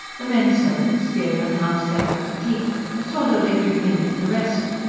the men-servants, the open house they had to keep swallowed every penny of the rest.